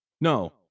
No